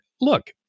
look